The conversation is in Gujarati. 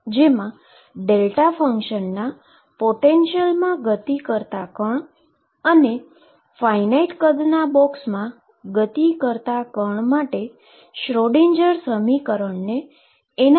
જેમા ડેલ્ટા ફંક્શનના પોટેંન્શીઅલમાં ગતિ કરતા કણ અને ફાઈનાઈટ કદના બોક્સમાંગતિ કરતા કણ માટે શ્રોડિંજર સમીકરણનો એનાલીટીકલી રીતે હલ થઈ શકે